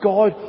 God